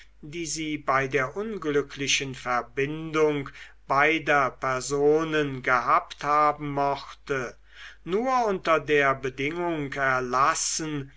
die sie bei der unglücklichen verbindung beider personen gehabt haben mochte nur unter der bedingung erlassen